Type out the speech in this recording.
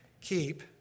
keep